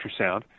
Ultrasound